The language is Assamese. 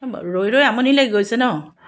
ৰৈ ৰৈ আমনি লাগি গৈছে ন